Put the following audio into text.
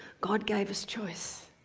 god gave us choice,